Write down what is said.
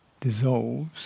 dissolves